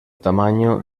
tamaño